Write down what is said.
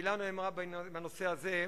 מלה לא נאמרה בנושא הזה.